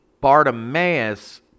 Bartimaeus